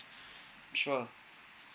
sure